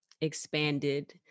expanded